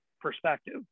perspective